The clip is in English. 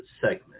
segment